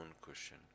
cushion